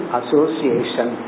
association